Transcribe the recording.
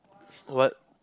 what